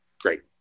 Great